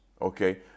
Okay